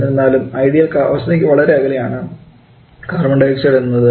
എന്നിരുന്നാലും ഐഡിയൽ അവസ്ഥയ്ക്ക് വളരെ അകലെയാണ് കാർബൺഡയോക്സൈഡ് എന്നത്